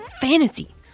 fantasy